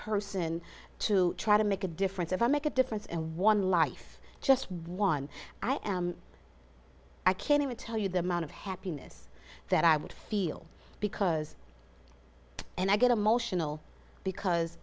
person to try to make a difference if i make a difference and one life just one i am i can't even tell you the amount of happiness that i would feel because and i get emotional because